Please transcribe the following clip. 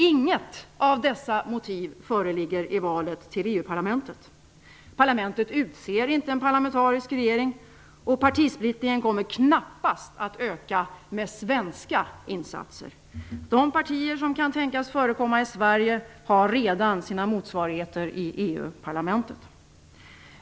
Inget av dessa motiv föreligger i valet till EU-parlamentet. Parlamentet utser inte en parlamentarisk regering och partisplittringen kommer knappast att öka med svenska insatser. De partier som kan tänkas förekomma i Sverige har redan sina motsvarigheter i EU-parlamentet.